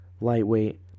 lightweight